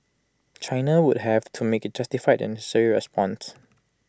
China would have to make A justified and necessary response